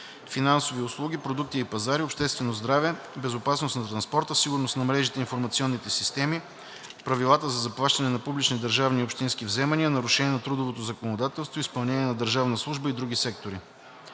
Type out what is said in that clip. финансови услуги, продукти и пазари, обществено здраве, безопасност на транспорта, сигурност на мрежите и информационните системи, правилата за заплащане на публични държавни и общински вземания, нарушения на трудовото законодателство, изпълнение на държавна служба и други сектори.